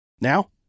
Now